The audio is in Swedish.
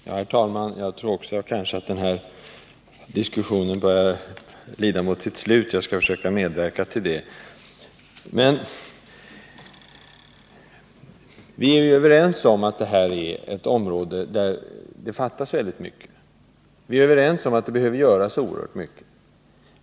Herr talman! Jag tror också att den här diskussionen bör lida mot sitt slut, och jag skall försöka medverka till det. Viärju överens om att detta är ett område där det fattas väldigt mycket, och vi är överens om att det behöver göras mycket.